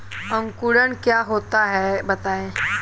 अंकुरण क्या होता है बताएँ?